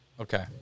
Okay